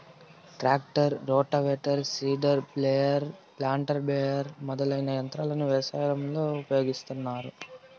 tractor, rotavator, seeder, baler, planter, baler మొదలైన యంత్రాలను వ్యవసాయంలో ఉపయోగిస్తాన్నారు